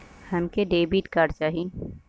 हमके debit card चाही?